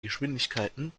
geschwindigkeiten